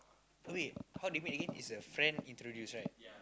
wait how they meet again is a friend introduce right